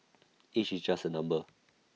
age is just A number